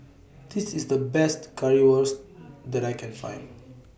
This IS The Best Currywurst that I Can Find